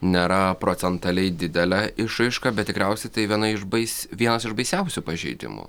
nėra procentaliai didelė išraiška bet tikriausiai tai viena iš bais vienas iš baisiausių pažeidimų